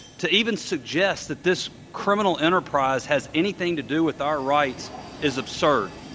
to even suggest that this criminal enterprise has anything to do with our rights is absurd.